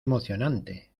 emocionante